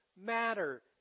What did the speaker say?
matter